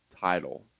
title